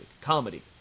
Comedy